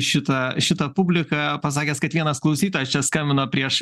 šitą šitą publiką pasakęs kad vienas klausytojas čia skambino prieš